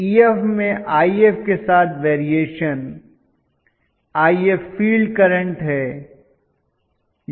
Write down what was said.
तो Ef में If के साथ वेरिएशन If फील्ड करंट है